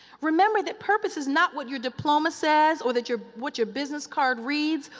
remember that purpose is not what your diploma says, or that your what your business card reads,